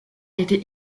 été